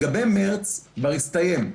לגבי מרץ, כבר הסתיים.